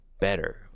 better